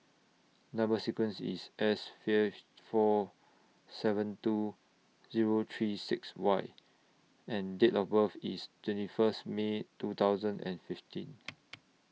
Number sequence IS S five four seven two Zero three six Y and Date of birth IS twenty First May two thousand and fifteen